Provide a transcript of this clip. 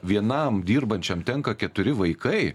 vienam dirbančiam tenka keturi vaikai